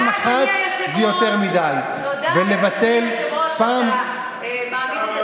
אוהבי יהדות ממך ולא פחות שומרי מצוות מרבים באופוזיציה,